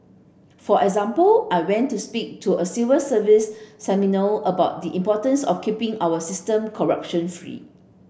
for example I went to speak to a civil service seminar about the importance of keeping our system corruption free